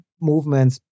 movements